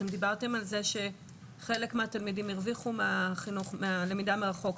אתם דיברתם על זה שחלק מהתלמידים הרוויחו מהלמידה מרחוק,